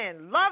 Love